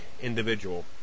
individual